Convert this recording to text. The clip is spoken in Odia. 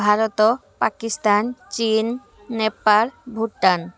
ଭାରତ ପାକିସ୍ତାନ ଚୀନ ନେପାଳ ଭୁଟାନ